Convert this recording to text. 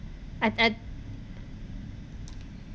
I I